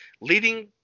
leading